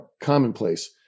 commonplace